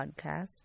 podcast